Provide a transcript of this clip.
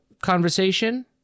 conversation